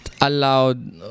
Allowed